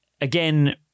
again